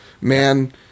Man